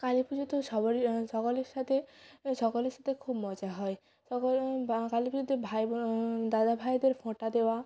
কালী পুজোতেও সবারই সকলের সাথে সকলের সাথে খুব মজা হয় সকলে বা কালী পুজোতে ভাই বোন দাদা ভাইদের ফোঁটা দেওয়া